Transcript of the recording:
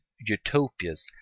utopias